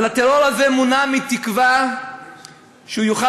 אבל הטרור הזה מונע מתקווה שהוא יוכל